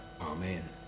Amen